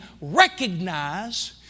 recognize